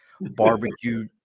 barbecue